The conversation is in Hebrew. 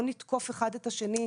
לא נתקוף אחד את השני.